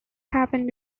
happened